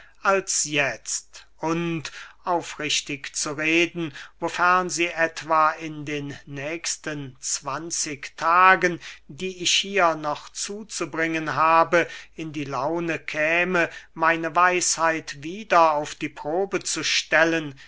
als jetzt und aufrichtig zu reden wofern sie etwa in den nächsten zwanzig tagen die ich hier noch zuzubringen habe in die laune käme meine weisheit wieder auf die probe zu stellen